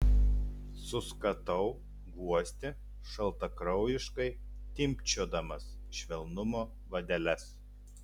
suskatau guosti šaltakraujiškai timpčiodamas švelnumo vadeles